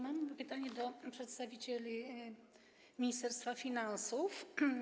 Mam pytanie do przedstawicieli Ministerstwa Finansów.